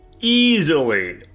easily